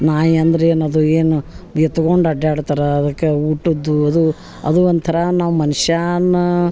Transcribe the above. ನಾಯಿ ಅಂದ್ರ ಏನದು ಏನು ಎತ್ಕೊಂಡು ಅಡ್ಯಾಡ್ತಾರೆ ಅದಕ್ಕೆ ಊಟದ್ದು ಅದು ಅದು ಒಂಥರ ನಾವು ಮನುಷ್ಯಾನ